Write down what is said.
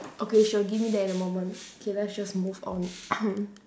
okay she'll give me that in a moment okay let's just move on